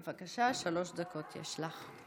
בבקשה, שלוש דקות יש לך.